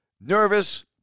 nervous